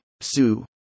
su